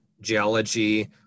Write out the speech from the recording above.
geology